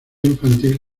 infantil